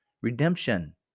Redemption